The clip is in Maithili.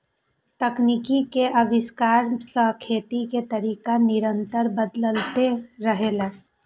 तकनीक के आविष्कार सं खेती के तरीका निरंतर बदलैत रहलैए